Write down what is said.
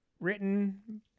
Written